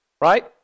right